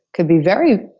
could be very,